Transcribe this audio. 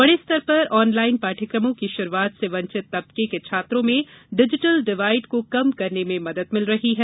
बड़े स्तर पर ऑनलाइन पाठ्यक़मों की शुरूआत से वंचित तबके के छात्रों में डिजिटल डिवाइड को कम करने में मदद मिल रही है